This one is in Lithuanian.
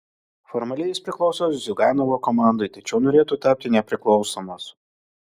formaliai jis priklauso ziuganovo komandai tačiau norėtų tapti nepriklausomas